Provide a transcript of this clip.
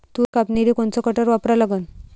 तूर कापनीले कोनचं कटर वापरा लागन?